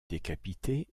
décapiter